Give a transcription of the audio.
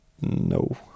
No